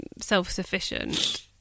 self-sufficient